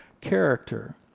character